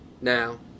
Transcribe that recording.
now